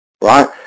right